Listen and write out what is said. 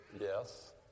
yes